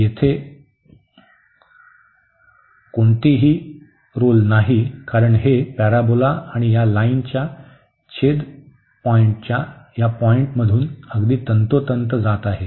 तर x 2 हे parabola आणि या लाईनच्या छेदन पॉईंटच्या या पॉईंटमधून अगदी तंतोतंत जात आहे